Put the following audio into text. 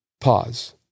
Pause